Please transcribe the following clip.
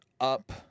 up